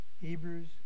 Hebrews